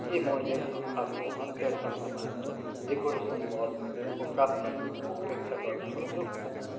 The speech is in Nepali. के म यस हप्ताको अन्त्यसम्ममा डेकोरेसन बलको प्राप्तिको उपेक्षा गर्न सक्छु